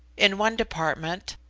in one department,